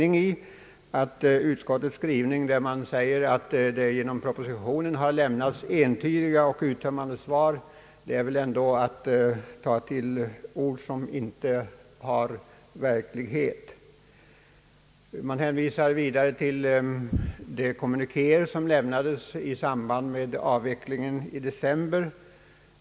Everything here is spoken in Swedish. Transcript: När utskottet säger att det genom propositionen lämnats entydiga och uttömmande svar, tar man väl ändå till ord som inte har täckning i verkligheten. Man hänvisar vidare till de kommunikéer som avlämnats i samband med avvecklingen i december.